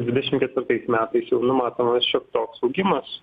dvidešimt ketvirtais metais jau numatomas čia toks augimas